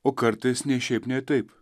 o kartais nei šiaip nei taip